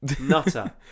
nutter